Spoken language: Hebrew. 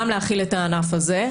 גם להחיל את הענף הזה,